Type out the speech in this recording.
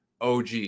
OG